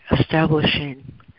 establishing